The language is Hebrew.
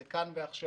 זה כאן ועכשיו,